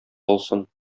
алсын